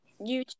YouTube